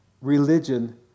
religion